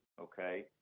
okay